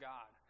God